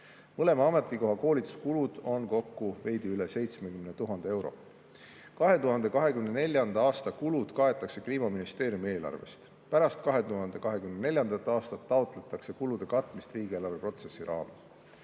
Mõlema ametikoha koolituskulud on kokku veidi üle 70 000 euro. 2024. aasta kulud kaetakse Kliimaministeeriumi eelarvest. Pärast 2024. aastat taotletakse kulude katmist riigieelarve [koostamise]